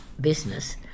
business